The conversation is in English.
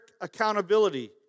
accountability